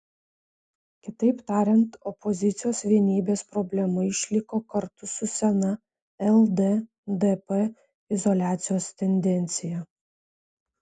kitaip tariant opozicijos vienybės problema išliko kartu su sena lddp izoliacijos tendencija